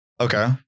Okay